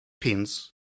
pins